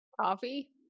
coffee